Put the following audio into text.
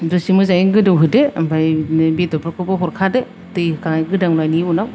दसे मोजाङै गोदौहोदो ओमफ्राय बिदिनो बेदरफोरखौबो हरखादो दै होखानानै गोदौनायनि उनाव